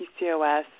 PCOS